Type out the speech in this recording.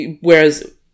whereas